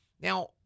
Now